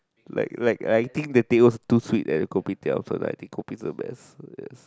like like I think the teh O too sweet at the kopitiam so that I think kopi is the best yes